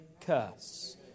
curse